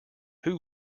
who